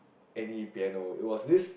any piano it was this